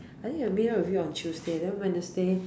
I think I meet up with you on Tuesday and then Wednesday